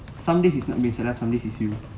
some days is not miasarah some days is you